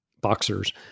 boxers